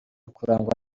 kurangwa